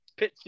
pitsy